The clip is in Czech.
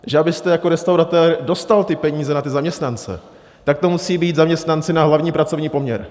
Že abyste jako restaurace dostal peníze na ty zaměstnance, tak to musí být zaměstnanci na hlavní pracovní poměr.